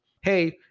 hey